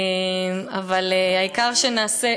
אבל העיקר שנעשה,